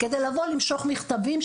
כדי לבוא למשוך מכתבים,